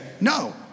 no